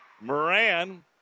Moran